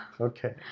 Okay